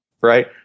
right